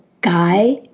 guy